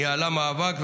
ניהלה מאבק,